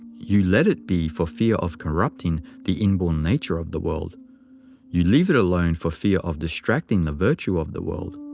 you let it be for fear of corrupting the inborn nature of the world you leave it alone for fear of distracting the virtue of the world.